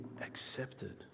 accepted